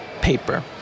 paper